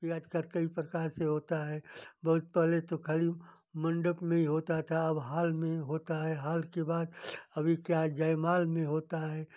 कि आजकल कई प्रकार से होता है बहुत पहले तो खाली मंडप में ही होता था अब हाल में होता है हाल के बाद अभी क्या जयमाल में होता है